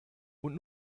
und